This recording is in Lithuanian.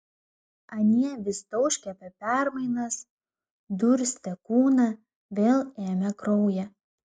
anie vis tauškė apie permainas durstė kūną vėl ėmė kraują